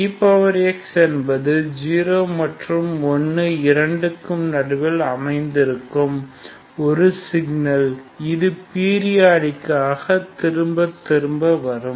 exஎன்பது 01 இரண்டுக்கும் நடுவில் அமைந்திருக்கும் ஒரு சிக்னல் இது பீரியாடிகலாக திரும்பத் திரும்ப வரும்